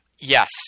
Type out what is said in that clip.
yes